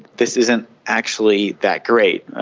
this isn't actually that great.